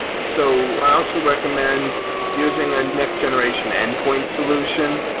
so i also recommend using a next generation endpoint solution.